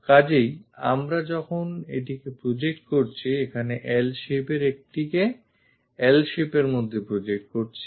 কাজেই আমরা যখন একটিকে project করছি এখানে L shape এর একটিকে L shape এর মধ্যে project করছি